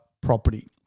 property